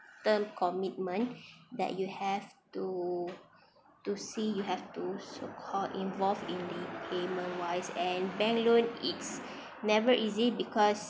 term commitment that you have to to see you have to so call involve in the pay payment wise and bank loan it's never easy because